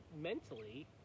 mentally